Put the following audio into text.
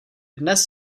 dnes